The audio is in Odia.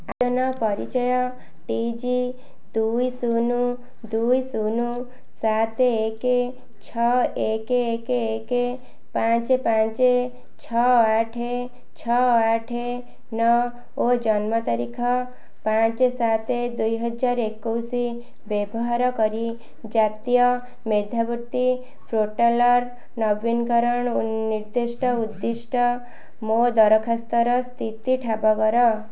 ଆବେଦନ ପରିଚୟ ଟି ଯେ ଦୁଇ ଶୁନ ଦୁଇ ଶୁନ ସାତେ ଏକେ ଛଅ ଏକେ ଏକେ ଏକେ ପାଞ୍ଚେ ପାଞ୍ଚେ ଛଅ ଆଠେ ଛଅ ଆଠେ ନଅ ଓ ଜନ୍ମ ତାରିଖ ପାଞ୍ଚେ ସାତେ ଦୁଇ ହଜାର ଏକୋଇଶି ବ୍ୟବହାର କରି ଜାତୀୟ ମେଧାବୃତ୍ତି ପୋର୍ଟାଲ୍ର ନବୀକରଣ ନିର୍ଦ୍ଧିଷ୍ଟ ଉଦ୍ଧିଷ୍ଟ ମୋ ଦରଖାସ୍ତର ସ୍ଥିତି ଠାବ କର